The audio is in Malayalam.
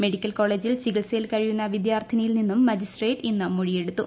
മെഡിക്കൽ കോളജിൽ ചി കിത്സയിൽ കഴിയുന്ന വിദ്യാർഥിനിയിൽ നിന്നും മജിസ്ട്രേട്ട് ഇന്ന് മൊഴിയെടുത്തു